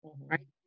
right